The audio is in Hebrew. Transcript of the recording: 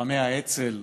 לוחמי האצ"ל